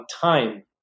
time